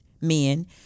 men